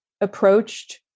approached